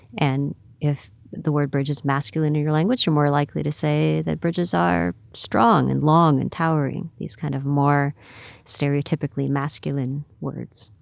and if the word bridge is masculine in your language, you're more likely to say that bridges are strong and long and towering these kind of more stereotypically masculine words.